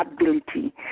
ability